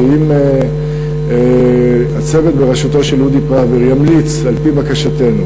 אם הצוות בראשותו של אודי פראוור ימליץ על-פי בקשתנו